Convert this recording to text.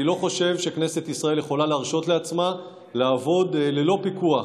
אני לא חושב שכנסת ישראל יכולה להרשות לעצמה לעבוד ללא פיקוח